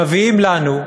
מביאים לנו,